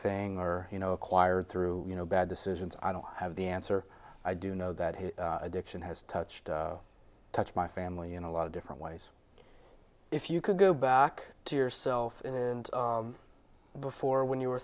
thing or you know acquired through you know bad decisions i don't have the answer i do know that his addiction has touched touched my family in a lot of different ways if you could go back to yourself before when you were